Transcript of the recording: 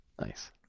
Nice